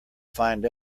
find